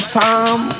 time